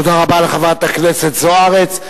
תודה רבה לחברת הכנסת זוארץ.